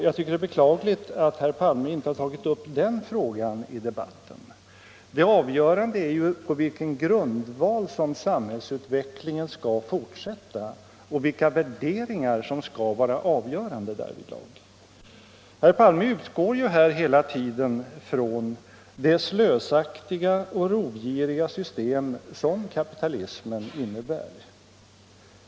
Jag tycker det är beklagligt att herr Palme inte tagit upp den aspekten i debatten. Det avgörande är ju på vilken grundval som samhällsutvecklingen skall fortsätta och vilka värderingar som skall vara avgörande därvidlag. Herr Palme utgår utgår hela tiden från det slösaktiga och rovgiriga system som kapitalismen innebär.